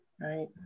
Right